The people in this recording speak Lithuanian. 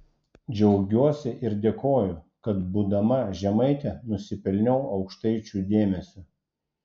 džiaugiuosi ir dėkoju kad būdama žemaitė nusipelniau aukštaičių dėmesio